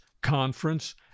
conference